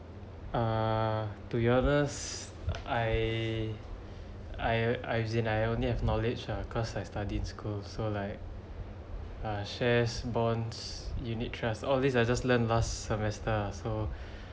uh to be honest I I I've as in I only have knowledge ah cause I studied in school so like uh shares bonds unit trust all these I just learned last semester ah so